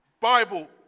Bible